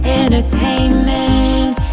entertainment